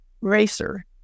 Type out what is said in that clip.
racer